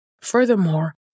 Furthermore